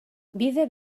bide